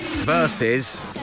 Versus